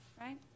Right